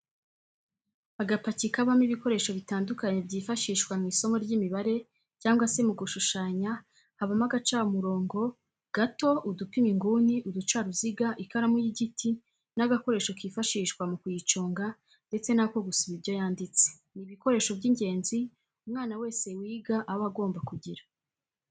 Agapaki kabamo ibikoresho bitandukanye byifashishwa mw'isomo ry'imibare cyangwa se mu gushushanya habamo agacamurobo gato, udupima inguni, uducaruziga ,ikaramu y'igiti n'agakoresho kifashishwa mu kuyiconga ndetse n'ako gusiba ibyo yanditse, ni ibikoresho by'ingenzi umwana wese wiga aba agomba kugira.